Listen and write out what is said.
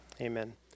Amen